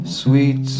sweet